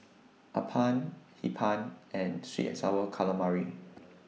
Appam Hee Pan and Sweet and Sour Calamari